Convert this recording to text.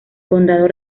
condado